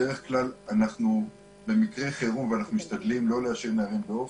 בדרך כלל במקרי חירום ואנחנו משתדלים לא להשאיר נערים ב"אופק"